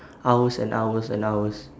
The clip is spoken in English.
hours and hours and hours